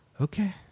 okay